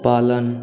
पालन